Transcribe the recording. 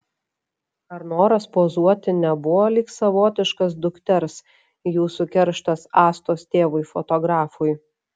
ar noras pozuoti nebuvo lyg savotiškas dukters jūsų kerštas astos tėvui fotografui